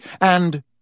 And